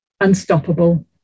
unstoppable